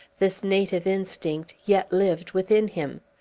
this native instinct yet lived within him.